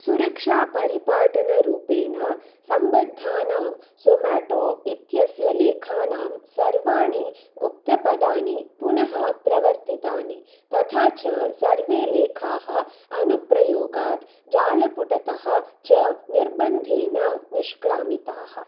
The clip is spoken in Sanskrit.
सुरक्षापरिपाटनरूपेण सम्बद्धानां ज़ोमेटो इत्यस्य लेखानां सर्वाणि गुप्तपदानि पुनः प्रवर्तितानि तथा च सर्वे लेखाः अनुप्रयोगात् जालपुटतः च निर्बन्धेन निष्क्रामिताः